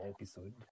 episode